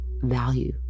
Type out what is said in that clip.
value